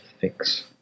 fix